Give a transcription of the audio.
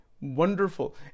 wonderful